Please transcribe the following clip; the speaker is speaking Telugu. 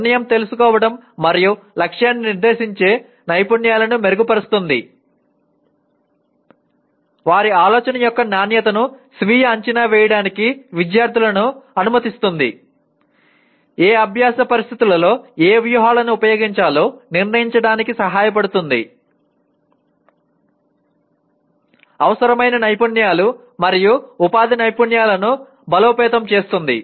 నిర్ణయం తీసుకోవడం మరియు లక్ష్యాన్ని నిర్దేశించే నైపుణ్యాలను మెరుగుపరుస్తుంది వారి ఆలోచన యొక్క నాణ్యతను స్వీయ అంచనా వేయడానికి విద్యార్థులను అనుమతిస్తుంది ఏ అభ్యాస పరిస్థితులలో ఏ వ్యూహాలను ఉపయోగించాలో నిర్ణయించడానికి సహాయపడుతుంది అవసరమైన నైపుణ్యాలు మరియు ఉపాధి నైపుణ్యాలను బలోపేతం చేస్తుంది